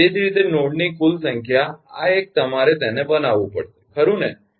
અને તે જ રીતે નોડની કુલ સંખ્યા આ એક તમારે તેને બનાવવું પડશે ખરુ ને